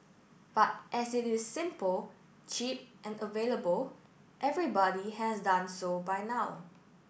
but as it is simple cheap and available everybody has done so by now